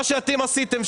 מה שאתם עשיתם,